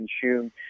consume